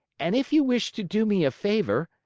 and if you wish to do me a favor,